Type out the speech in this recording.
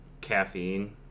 caffeine